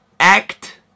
Act